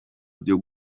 byo